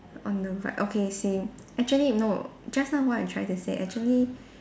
on the right okay same actually no just now what I'm trying to say actually